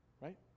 right